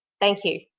thank you.